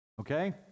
okay